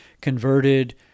converted